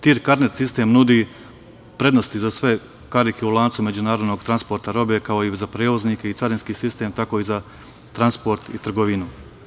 Taj TIM karnet sistem nudi prednosti za sve karike u lancu međunarodnog transporta robe, kako i za prevoznike i carinski sistem tako i za transport i trgovinu.